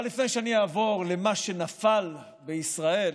אבל לפני שאעבור למה שנפל בישראל,